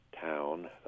town